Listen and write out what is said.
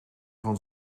van